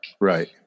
Right